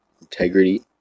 integrity